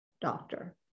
doctor